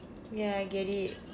ya I get it